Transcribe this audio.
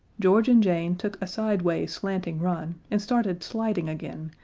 george and jane took a sideways slanting run and started sliding again,